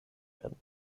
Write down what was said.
werden